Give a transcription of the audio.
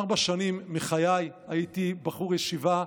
ארבע שנים מחיי הייתי בחור ישיבה,